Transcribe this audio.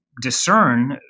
discern